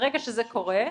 ברגע שזה קורה,